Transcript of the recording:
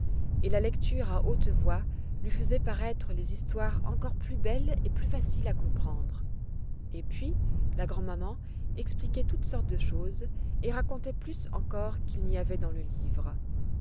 et la lecture à haute voix lui faisait paraître les histoires encore plus belles et plus faciles à comprendre et puis la grand'maman expliquait toutes sortes de choses et racontait plus encore qu'il n'y avait dans le livre